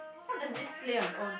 how does this play on it's own